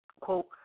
Quote